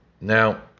Now